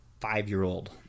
five-year-old